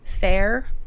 fair